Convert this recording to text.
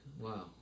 wow